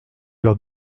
leurs